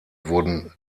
wurden